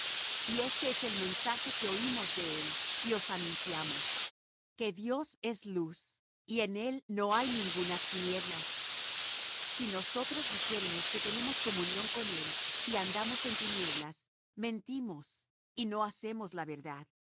y este es el mensaje que oímos de él y os anunciamos que dios es luz y en él no hay ningunas tinieblas si nosotros dijéremos que tenemos comunión con él y andamos en tinieblas mentimos y no hacemos la verdad